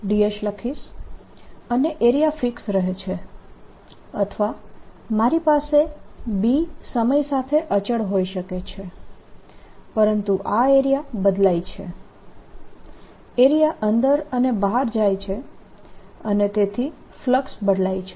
dS લખીશ અને area fix રહે છે અથવા મારી પાસે B સમય સાથે અચળ હોઈ શકે છે પરંતુ આ એરિયા બદલાય છે એરિયા અંદર અને બહાર જાય છે અને તેથી ફલક્સ બદલાય છે